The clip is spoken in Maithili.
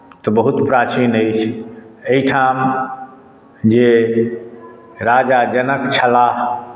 तऽ बहुत प्राचीन अछि एहिठाम जे राजा जनक छलाह